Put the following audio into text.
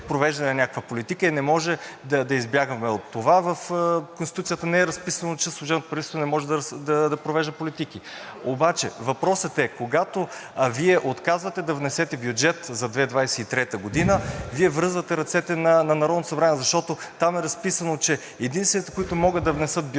провеждане на някаква политика и не можем да избягаме от това. В Конституцията не е разписано, че служебното правителство не може да провежда политики. Обаче въпросът е, когато Вие отказвате да внесете бюджет за 2023 г., Вие връзвате ръцете на Народното събрание, защото там е разписано, че единствените, които могат да внесат бюджет